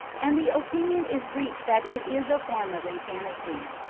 and the opinion is reached that it is a form of insanity.